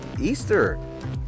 easter